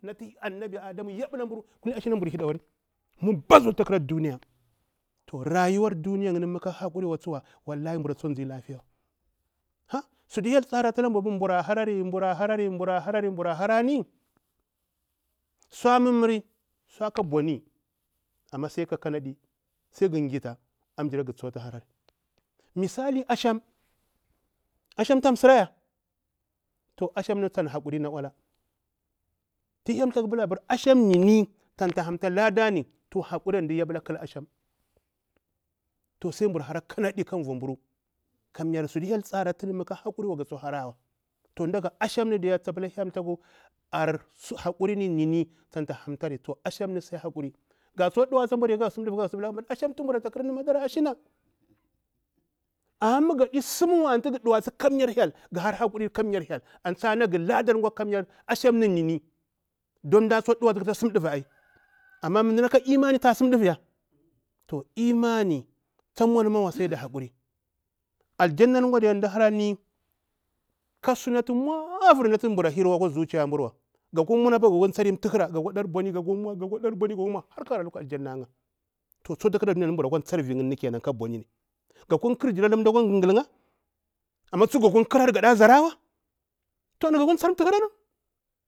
Natu annabi adamu yabila mbur kullini mbur hidori mbur kha bazu ata khara duniya, rayuwar duniya yinni mah ka hakuri wa tsuwa wallahi mbura tsuktu mzi lafiya wa, ha'a sutu hyel tsara la mburu abur mda harari mbura harani mbura harari sau mummuri, sau ka ɓauni amma saika kanadi, sai ka kanaɗi sai gha ghita ambila gha tsuktu harari, misali asham asham ta msira ya to asham tan hakui na ola tu hyel thaku pila asham nini tamta hamta laɗani hakuri antu mda yabila akita asham toh sai mbur hara kanaɗi ka vumburu kamya sutu hyel tsarata mah ka hakuri wa ga tsuktu harawa to ashamni sai hakuri kamya ga tsuktu ɗuwasi kara sum susum kara pila asham ni natu mburu kwani mummuri mara amma mah gadi sum wa ga ɗuwasi kamya hyel antu tsa naga ladar asham ni nini don mda tsuktu ɗuwasi kata sum ɗuva amma mdana ka imani ta tsuktu sum ɗuraya ta imani tsa mauwa sai ka hakuri aljannani gwa mda hara ni ka suna mauvir natutu mburu ambura hirwa akwa zuciya mburu to ga kwa mauri ga kwa gha apa gakwa mau ga kwa ɗar bauni har kara lukwa aljanna tsu apani tu mburu akwa tsarari gakwa khar jiri mda akwa ghal iya an gakwa mau ata kira thahera.